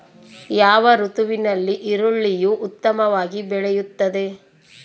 ಯಾವ ಋತುವಿನಲ್ಲಿ ಈರುಳ್ಳಿಯು ಉತ್ತಮವಾಗಿ ಬೆಳೆಯುತ್ತದೆ?